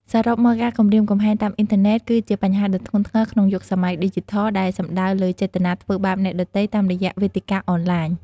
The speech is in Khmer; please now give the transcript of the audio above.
សរុបមក ការគំរាមកំហែងតាមអ៊ីនធឺណិត គឺជាបញ្ហាដ៏ធ្ងន់ធ្ងរក្នុងយុគសម័យឌីជីថល ដែលសំដៅលើចេតនាធ្វើបាបអ្នកដទៃតាមរយៈវេទិកាអនឡាញ។